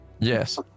yes